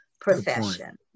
profession